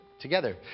together